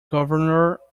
governor